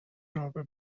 رابه